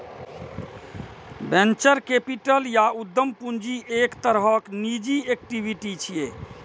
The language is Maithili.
वेंचर कैपिटल या उद्यम पूंजी एक तरहक निजी इक्विटी छियै